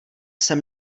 jsem